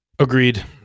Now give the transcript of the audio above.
Agreed